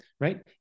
right